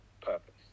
purpose